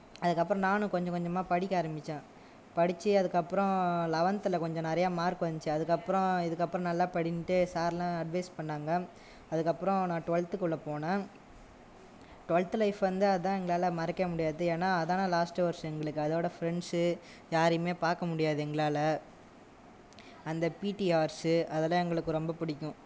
அதுக்கப்புறம் நானும் கொஞ்சம் கொஞ்சமாக படிக்க ஆரம்பிச்சேன் படிச்சு அதுக்கப்புறம் லவன்த்தில் கொஞ்சம் நிறையா மார்க் வந்துச்சு அதுக்கப்புறம் இதுக்கப்புறம் நல்லா படின்ட்டு சார்லாம் அட்வைஸ் பண்ணாங்கள் அதுக்கப்புறம் நான் டுவல்த்துகுள்ளே போனேன் டுவல்த் லைஃப் வந்து அதான் எங்களால் மறக்கவே முடியாது ஏனால் அதான் நான் லாஸ்ட்டு வருஷம் எங்களுக்கு அதோடு ஃப்ரெண்ட்ஸு யாரையுமே பார்க்க முடியாது எங்களால் அந்த பீடி ஆர்ஸு அதெல்லாம் எங்களுக்கு ரொம்ப பிடிக்கும்